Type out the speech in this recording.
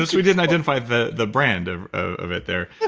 we didn't identify the the brand of of it there.